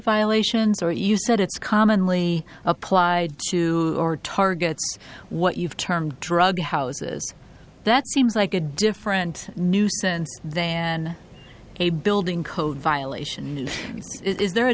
violations or you said it's commonly applied to targets what you've term drug houses that seems like a different nuisance than a building code violation is there a